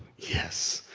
yes!